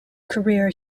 career